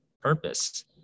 purpose